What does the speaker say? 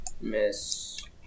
Miss